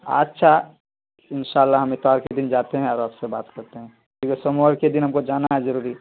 اچھا انشاء اللہ ہم اتوار کے دن جاتے ہیں اور آپ سے بات کرتے ہیں کیونکہ سوموار کے دن ہم کو جانا ہے ضروری